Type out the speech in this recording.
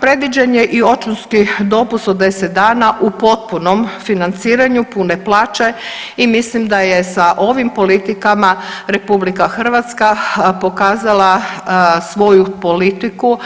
Predviđen je i očinski dopust od 10 dana u potpunom financiranju pune plaće, i mislim da je sa ovim politikama Republika Hrvatska pokazala svoju politiku,